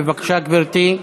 בבקשה, גברתי.